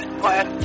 class